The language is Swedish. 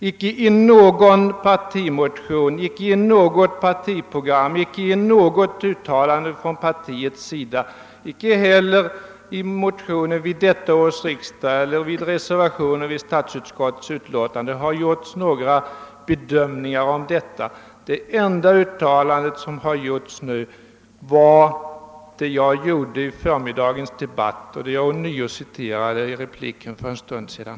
Icke i någon partimotion, icke i något partiprogram, icke i något uttalande från partiets sida, icke heller i motioner vid detta års riksdag eller i reservationer till statsutskottets utlåtande har vi gjort några bedömningar om paritetslånesystemet. Det enda uttalande som nu har gjorts är det jag gjorde i förmiddagens debatt och som jag citerade i min replik för en stund sedan.